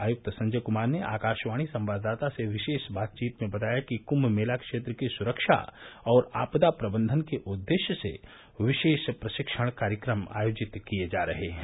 प्रदेश के राहत आयुक्त संजय क्मार ने आकाशवाणी संवाददाता से विशेष बातचीत में बताया कि क्म मेला क्षेत्र की सुरक्षा और आपदा प्रबंधन के उददेश्य से विशेष प्रशिक्षण कार्यक्रम आयोजित किये जा रहे हैं